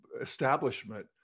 establishment